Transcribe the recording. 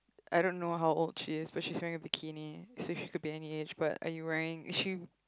I dunno how old she is but she's wearing a bikini she seems to be any age but are you wearing she